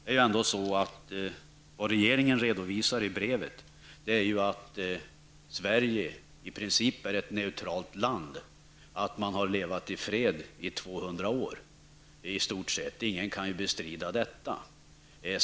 I detta brev redovisar regeringen att Sverige i princip är ett neutralt land som har levt i fred i 200 år. Det kan ju ingen bestrida.